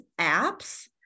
apps